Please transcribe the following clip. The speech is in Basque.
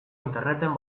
interneten